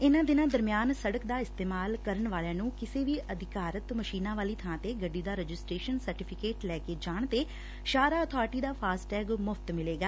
ਇਨਾਂ ਦਿਨਾਂ ਦਰਮਿਆਨ ਸੜਕ ਦਾ ਇਸਤੇਮਾਲ ਕਰਨ ਵਾਲਿਆਂ ਨੂੰ ਕਿਸੇ ਵੀ ਅਧਿਕਾਰਿਤ ਮਸ਼ੀਨਾਂ ਵਾਲੀ ਬਾਂ ਤੇ ਗੱਡੀ ਦਾ ਰਜਿਸਟ੍ਰੇਸ਼ਨ ਸਰਟੀਫੀਕੇਟ ਲੈ ਕੇ ਜਾਣ ਤੇ ਸ਼ਾਹਰਾਹ ਅਬਾਰਟੀ ਦਾ ਫਾਸਟੈਗ ਮੁਫ਼ਤ ਮਿਲੇਗਾ